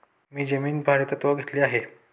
मी जमीन भाडेतत्त्वावर घेतली आहे